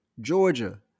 Georgia